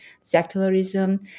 secularism